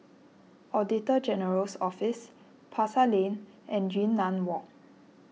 Auditor General's Office Pasar Lane and Yunnan Walk